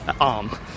arm